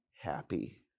happy